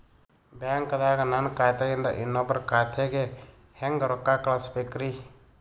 ಬ್ಯಾಂಕ್ದಾಗ ನನ್ ಖಾತೆ ಇಂದ ಇನ್ನೊಬ್ರ ಖಾತೆಗೆ ಹೆಂಗ್ ರೊಕ್ಕ ಕಳಸಬೇಕ್ರಿ?